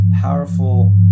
powerful